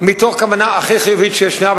מתוך כוונה הכי חיובית שישנה,